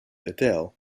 adele